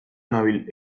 nabil